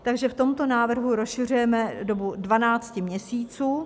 Takže v tomto návrhu rozšiřujeme dobu 12 měsíců.